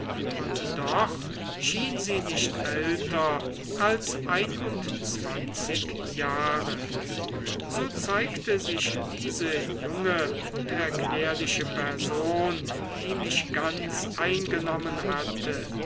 und doch schien sie nicht älter als einundzwanzig jahre so zeigte sich diese junge unerklärliche person die mich ganz eingenommen hatte